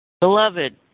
Beloved